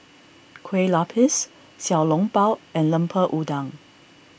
Kueh Lapis Xiao Long Bao and Lemper Udang